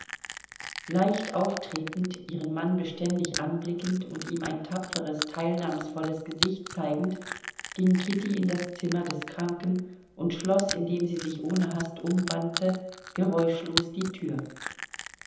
leicht auftretend ihren mann beständig anblickend und ihm ein tapferes teilnahmsvolles gesicht zeigend ging kitty in das zimmer des kranken und schloß indem sie sich ohne hast umwandte geräuschlos die tür